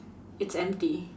it's empty